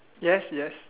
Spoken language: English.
yes yes